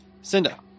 Cinda